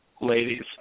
ladies